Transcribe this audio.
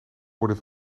worden